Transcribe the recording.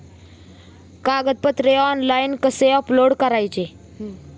कागदपत्रे ऑनलाइन कसे अपलोड करायचे?